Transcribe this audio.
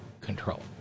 control